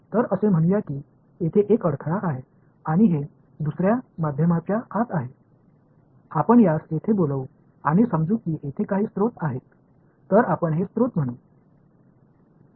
तर असे म्हणूया की येथे एक अडथळा आहे आणि हे दुसर्या माध्यमाच्या आत आहे आपण यास येथे बोलवू आणि समजू की येथे काही स्त्रोत आहेत तर आपण हे स्त्रोत म्हणू